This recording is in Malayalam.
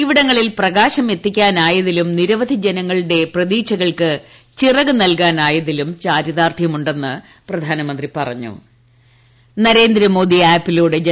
ഇവിടങ്ങളിൽ പ്രകാശമെത്തിക്കാനായതിലും നിരവധി ജനങ്ങളുടെ പ്രതീക്ഷകൾക്ക് ചിറകു നൽകാനായതിലും ചാരിതാർത്ഥ്യമുണ്ടെന്ന് പ്രധാനമന്ത്രി നരേന്ദ്രമോദി ആപ്പിലൂടെ പറഞ്ഞു